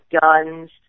guns